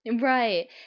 Right